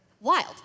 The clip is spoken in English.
Wild